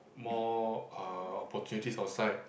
more uh opportunities outside